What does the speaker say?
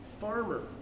farmer